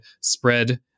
spread